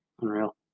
Unreal